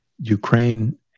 ukraine